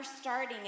starting